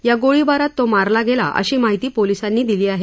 या गोळीबारात तो मारला गेला अशी माहिती पोलिसांनी दिली आहे